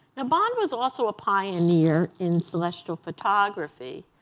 ah bond was also a pioneer in celestial photography,